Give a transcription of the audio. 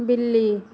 बिल्ली